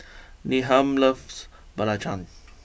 Needham loves Belacan